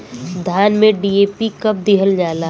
धान में डी.ए.पी कब दिहल जाला?